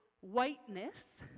whiteness